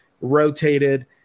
rotated